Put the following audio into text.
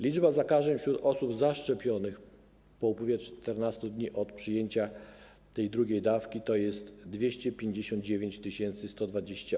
Liczba zakażeń wśród osób zaszczepionych po upływie 14 dni od przyjęcia drugiej dawki wynosi 259 120.